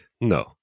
no